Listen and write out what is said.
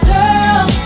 Girl